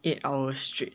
eight hours straight